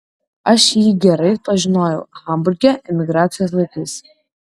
aš jį gerai pažinojau hamburge emigracijos laikais